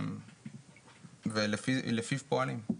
לפיו פועלים.